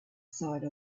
side